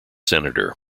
senator